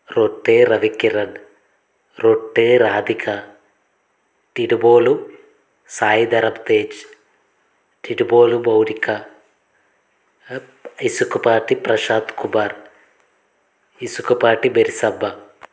రొట్టె రవికిరణ్ రొట్టె రాధిక తినుబోలు సాయి ధరమ్ తేజ్ తినుబోలు మౌనిక ఇసుకపాటి ప్రశాంత్ కుమార్ ఇసుకపాటి మెరిసబ్బ